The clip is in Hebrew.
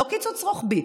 לא קיצוץ רוחבי,